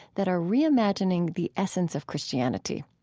that are reimagining the essence of christianity.